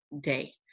day